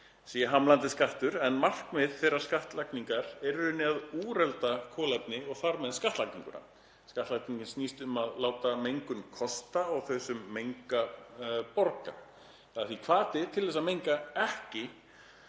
sé hamlandi skattur en markmið þeirrar skattlagningar er í rauninni að úrelda kolefni og þar með skattlagninguna. Skattlagningin snýst um að láta mengun kosta og þau sem menga borga. Það er því hvati til að menga ekki